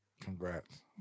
Congrats